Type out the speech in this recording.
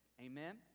amen